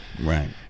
right